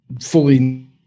fully